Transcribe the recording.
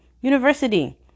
University